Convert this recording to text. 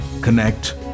connect